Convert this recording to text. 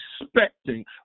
expecting